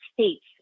states